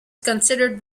considered